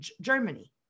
Germany